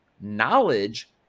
knowledge